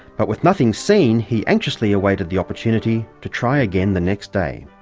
but with nothing seen he anxiously awaited the opportunity to try again the next day.